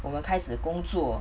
我们开始工作